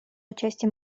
участие